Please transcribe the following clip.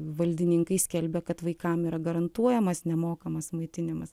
valdininkai skelbia kad vaikam yra garantuojamas nemokamas maitinimas